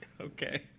Okay